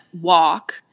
walk